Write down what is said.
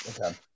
Okay